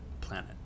planet